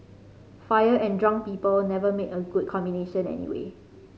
fire and drunk people never make a good combination anyway